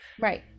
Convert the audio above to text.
Right